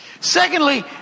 Secondly